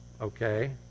Okay